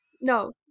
No